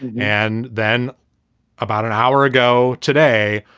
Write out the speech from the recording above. and then about an hour ago today,